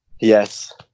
yes